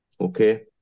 Okay